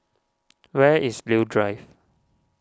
where is Leo Drive